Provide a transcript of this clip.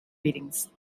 readings